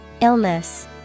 Illness